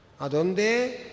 Adonde